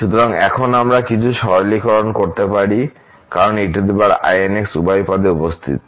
সুতরাং এখন আমরা কিছু সরলীকরণ করতে পারি কারণ einx উভয় পদে উপস্থিত